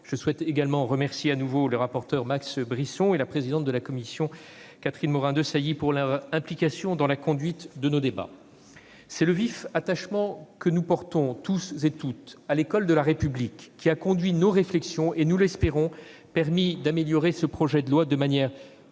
Je souhaite également remercier de nouveau le rapporteur, Max Brisson, et la présidente de la commission, Catherine Morin-Desailly, pour leur implication dans la conduite de nos débats. C'est le vif attachement que nous portons, toutes et tous, à l'école de la République qui a conduit nos réflexions et, nous l'espérons, permis d'améliorer ce projet de loi de manière constructive